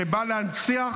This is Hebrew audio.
שבא להנציח